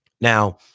Now